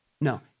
No